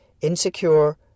insecure